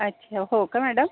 अच्छा हो का मॅडम